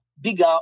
bigger